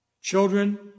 Children